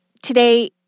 Today